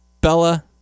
Bella